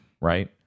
right